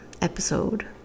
episode